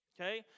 okay